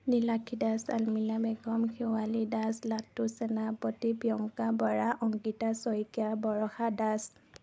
Nilakshi Das Anmila Begum Shewali Das Latu Senapati Priyanka Bora Ankita Saikia Barsha Das